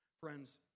Friends